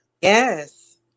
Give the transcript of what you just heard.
Yes